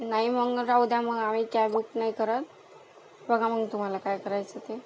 नाही मग राहू द्या मग आम्ही कॅब बुक नाही करत बघा मग तुम्हाला काय करायचं ते